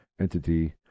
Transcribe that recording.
entity